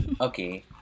Okay